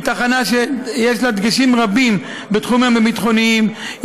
היא תחנה שיש לה דגשים רבים בתחומים הביטחוניים.